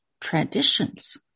traditions